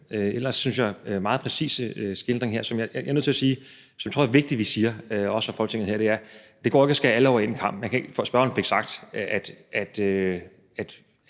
ellers, synes jeg, meget præcise skildring her, som jeg er nødt til at sige, og som jeg tror det er vigtigt vi også siger her i Folketinget, og det er: Det går ikke at skære alle over en kam. Spørgeren fik sagt, at